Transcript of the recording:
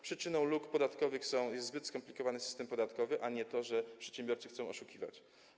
Przyczyną luk podatkowych jest zbyt skomplikowany system podatkowy, a nie to, że przedsiębiorcy chcą oszukiwać.